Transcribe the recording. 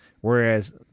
whereas